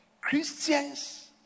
Christians